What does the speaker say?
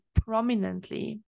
prominently